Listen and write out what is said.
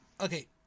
Okay